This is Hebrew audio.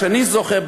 שאני זוכר,